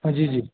जी जी